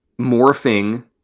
morphing